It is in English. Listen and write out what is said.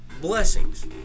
blessings